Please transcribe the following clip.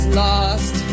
lost